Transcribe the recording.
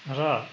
र